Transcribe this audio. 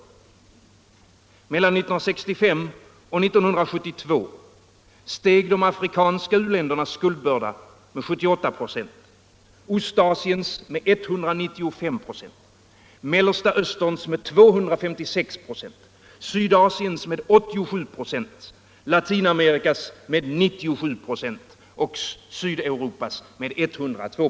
Mellan 1965 och 1972 steg de afrikanska u-ländernas skuldbörda med 78 96 , Ostasiens med 195 96, Mellersta Österns med 256 96, Sydasiens med 87 96, Latinamerikas med 97 96 och Sydeuropas med 102 96.